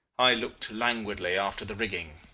i looked languidly after the rigging.